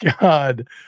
god